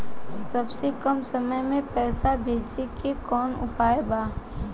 सबसे कम समय मे पैसा भेजे के कौन उपाय बा?